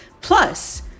Plus